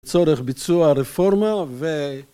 צורך בצוע רפורמה ו...